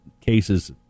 cases